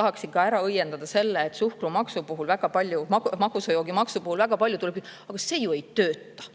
Tahaksin ära õiendada ka selle, et suhkrumaksu ehk magusa joogi maksu puhul väga palju kuuleb, et aga see ju ei tööta,